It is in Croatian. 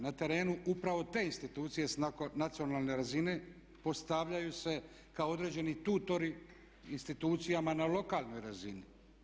Na terenu upravo te institucije s nacionalne razine postavljaju se kao određene tutori institucijama na lokalnoj razini.